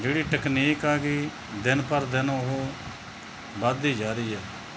ਜਿਹੜੀ ਟਕਨੀਕ ਆ ਗਈ ਦਿਨ ਪਰ ਦਿਨ ਉਹ ਵੱਧਦੀ ਜਾ ਰਹੀ ਹੈ